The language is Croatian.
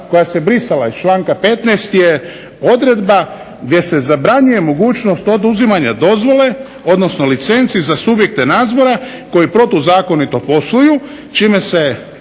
koja se brisala iz članka 15. je odredba gdje se zabranjuje mogućnost oduzimanja dozvole, odnosno licence za subjekte nadzora koji protuzakonito posluju, čime se